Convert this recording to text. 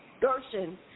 Gershon